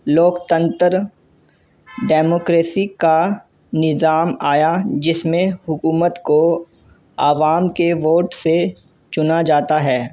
لوک تنتر ڈیموکریسی کا نظام آیا جس میں حکومت کو عوام کے ووٹ سے چنا جاتا ہے